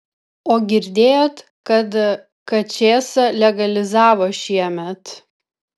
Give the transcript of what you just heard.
o girdėjot kad kačėsą legalizavo šiemet